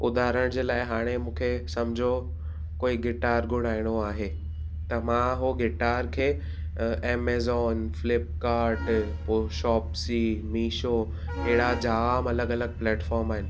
उदाहरण जे लाइ हाणे मूंखे सम्झो कोई गिटार घुराइणो आहे त मां हो गिटार खे अमेज़ोन फ्लिपकार्ट पोइ शॉपसी मीशो अहिड़ा जामु अलॻि अलॻि प्लैटफॉम आहिनि